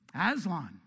Aslan